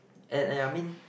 and and I mean